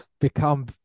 become